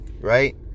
Right